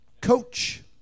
coach